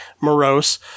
morose